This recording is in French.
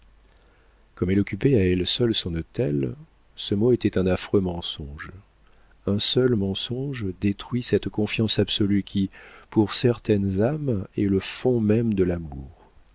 comme elle occupait à elle seule son hôtel ce mot était un affreux mensonge un seul mensonge détruit cette confiance absolue qui pour certaines âmes est le fond même de l'amour